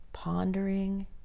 Pondering